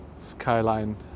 skyline